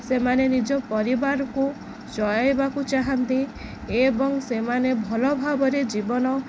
ସେମାନେ ନିଜ ପରିବାରକୁ ଚଳାଇବାକୁ ଚାହାଁନ୍ତି ଏବଂ ସେମାନେ ଭଲ ଭାବରେ ଜୀବନ